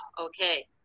okay